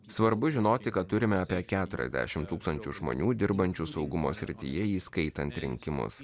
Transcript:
svarbu žinoti kad turime apie keturiasdešim tūkstančių žmonių dirbančių saugumo srityje įskaitant rinkimus